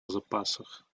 запасах